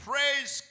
Praise